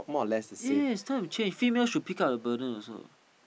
yes it's time to change female should pick up the burden also